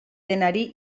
denari